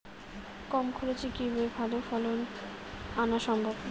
কম খরচে কিভাবে ভালো ফলন আনা সম্ভব?